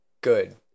Good